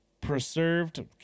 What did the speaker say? Preserved